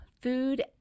food